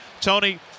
Tony